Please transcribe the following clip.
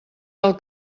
del